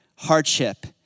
hardship